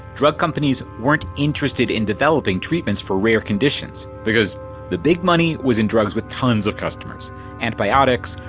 drug companies weren't interested in developing treatments for rare conditions, because the big money was in drugs with tons of customers antibiotics,